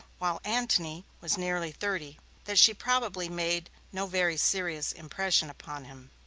while antony was nearly thirty that she probably made no very serious impression upon him.